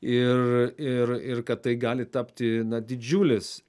ir ir ir kad tai gali tapti na didžiulis